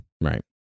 Right